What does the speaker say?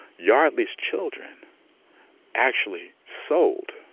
yardley's children actually sold